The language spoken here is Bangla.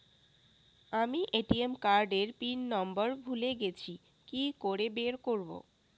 আমি এ.টি.এম কার্ড এর পিন নম্বর ভুলে গেছি কি করে বের করব?